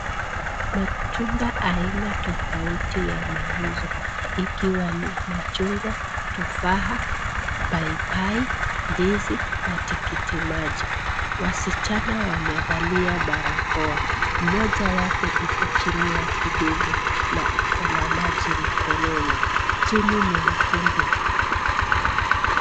Matunda aina tofauti yanauzwa ikiwa ni machungwa, tufaha, paipai, ndizi na tikiti maji. Wasichana wamevalia barakoa, mmoja yake iko chini ya kidevu na ako na maji mkononi. Chini ni mtungi.